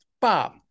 Bob